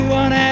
one